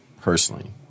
personally